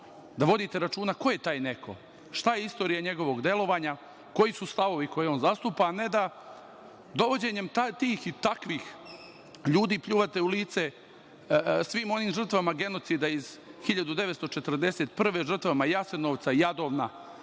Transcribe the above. da vodite računa ko je taj neko, šta je istorija njegovog delovanja, koji su stavovi koje on zastupa, a ne da dovođenjem tih i takvih ljudi pljujete u lice, svim onim žrtvama genocida iz 1941. žrtvama Jasenovca, Jadovna,